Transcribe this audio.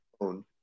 own